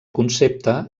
concepte